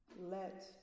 let